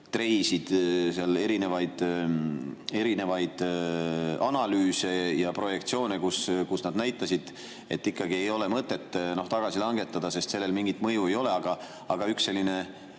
treisid erinevaid analüüse ja projektsioone, millega nad näitasid, et ikkagi ei ole mõtet [aktsiise] tagasi langetada, sest sellel mingit mõju ei ole. Aga oli üks selline